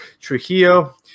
Trujillo